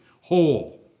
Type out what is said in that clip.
whole